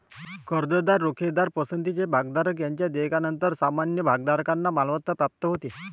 कर्जदार, रोखेधारक, पसंतीचे भागधारक यांच्या देयकानंतर सामान्य भागधारकांना मालमत्ता प्राप्त होते